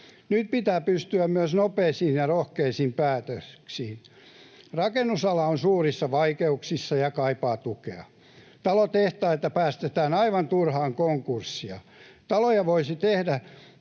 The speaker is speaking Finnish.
Nyt pitää pystyä myös nopeisiin ja rohkeisiin päätöksiin. Rakennusala on suurissa vaikeuksissa ja kaipaa tukea. Talotehtaita päästetään aivan turhaan konkurssiin. Taloja voisi tehdä